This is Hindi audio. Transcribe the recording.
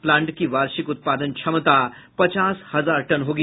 प्लांट की वार्षिक उत्पादन क्षमता पचास हजार टन होगी